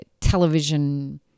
television